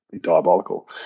diabolical